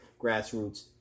grassroots